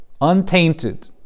untainted